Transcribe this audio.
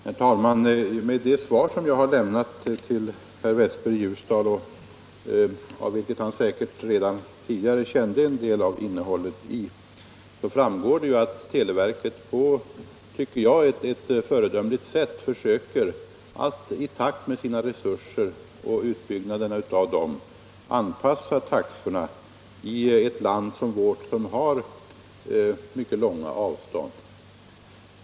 Herr talman! Av det svar som jag har lämnat till herr Westberg i Ljusdal — han kände säkert redan tidigare till en del av innehållet i det —- framgår ju att televerket på, tycker jag, ett föredömligt sätt försöker att i takt med utbyggnaden av sina resurser anpassa taxorna till de krav som gäller i ett land som vårt, som har mycket långa avstånd.